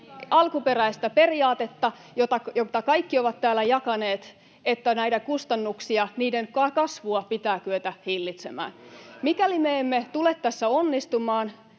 alkuperäistä periaatetta, jonka kaikki ovat täällä jakaneet, että näiden kustannusten kasvua pitää kyetä hillitsemään. Mikäli me emme tule tässä onnistumaan,